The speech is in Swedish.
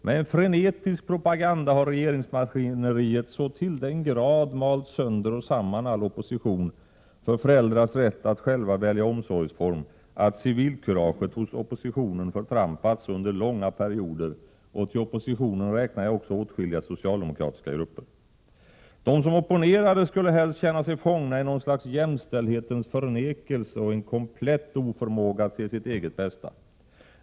Med en frenetisk propaganda har regeringsmaskineriet så till den grad malt sönder och samman all opposition för föräldrars rätt att själva välja omsorgsform att civilkuraget hos oppositionen förtrampats under långa perioder — och till oppositionen räknar jag också åtskilliga socialdemokratiska grupper. De som opponerade skulle helst känna sig fångna i något slags jämställdhetens förnekelse och ha en komplett oförmåga att se sitt eget bästa.